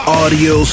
audio